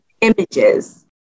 Images